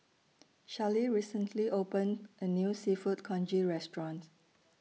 Charlee recently opened A New Seafood Congee Restaurant